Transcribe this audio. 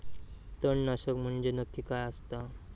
तणनाशक म्हंजे नक्की काय असता?